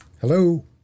hello